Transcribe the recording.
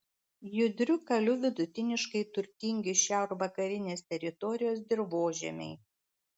judriu kaliu vidutiniškai turtingi šiaurvakarinės teritorijos dirvožemiai